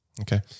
Okay